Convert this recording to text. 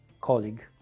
colleague